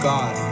God